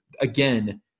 again